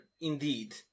Indeed